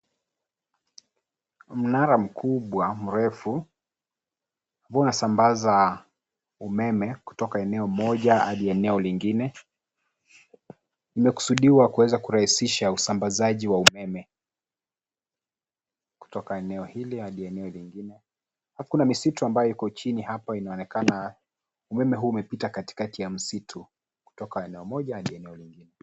Mnara mkubwa mrefu ambao unasambaza umeme kutoka eneo moja hadi eneo lingine. Umekusudiwa kuweza kurahisisha usambazaji wa umeme kutoka eneo hili hadi eneo lingine . Na kuna misitu ambayo iko chini hapa inaonekana umeme huu umepita katikati ya msitu toka eneo moja hadi eneo lingine.